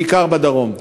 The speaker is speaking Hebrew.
בעיקר בדרום.